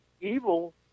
Evil